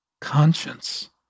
Conscience